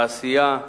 תעשייה,